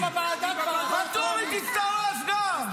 כבר יש חוק בוועדה, עבר טרומית.